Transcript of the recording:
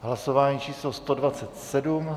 Hlasování číslo 127.